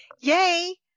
yay